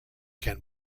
can